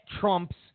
Trump's